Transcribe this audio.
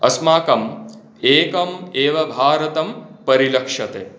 अस्माकम् एकम् एव भारतं परिलक्षते